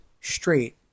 straight